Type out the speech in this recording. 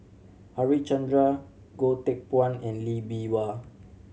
Harichandra Goh Teck Phuan and Lee Bee Wah